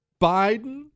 Biden